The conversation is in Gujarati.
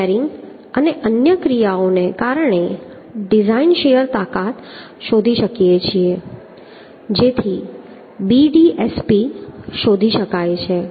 આપણે શેરિંગ અને અન્ય ક્રિયાઓને કારણે ડિઝાઇન શીયર તાકાત શોધી શકીએ છીએ જેથી BDSP શોધી શકાય